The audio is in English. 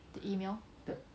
the email